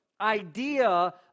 idea